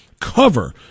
cover